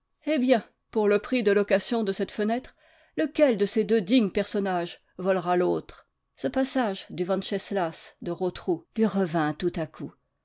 eh bien pour le prix de location de cette fenêtre lequel de ces deux dignes personnages volera l'autre ce passage du venceslas de rotrou lui revint tout à coup